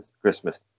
Christmas